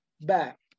back